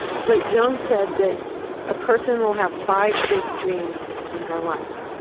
but jung said that a person will have five big dreams in her life.